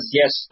yes